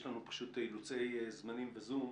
יש לנו פשוט אילוצי זמנים בזום.